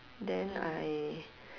then I